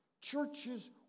Churches